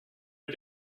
mit